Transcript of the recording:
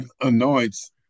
anoints